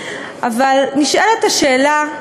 אבל נשאלת השאלה,